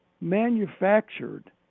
manufactured